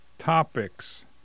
topics